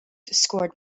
scored